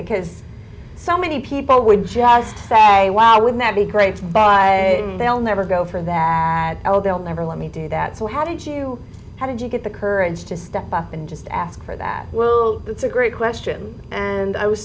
because so many people would just sat a while would that be great but they'll never go for that oh they'll never let me do that so how did you how did you get the courage to step up and just ask for that well that's a great question and i was